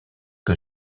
que